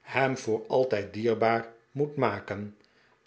hem voor altijd dierbaar moet maken